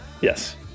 Yes